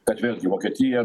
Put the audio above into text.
kad vėlgi vokietija